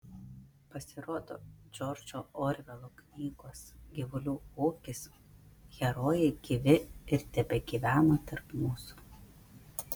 pasirodo džordžo orvelo knygos gyvulių ūkis herojai gyvi ir tebegyvena tarp mūsų